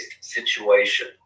situation